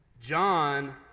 John